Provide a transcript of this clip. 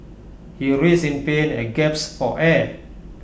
he writhed in pain and gaps for air